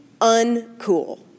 uncool